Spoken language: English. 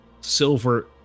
silver